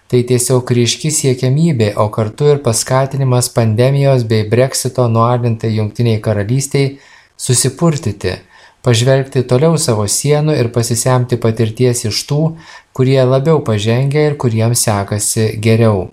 tai tiesiog ryški siekiamybė o kartu ir paskatinimas pandemijos bei breksito nualintai jungtinei karalystei susipurtyti pažvelgti toliau savo sienų ir pasisemti patirties iš tų kurie labiau pažengę ir kuriems sekasi geriau